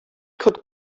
could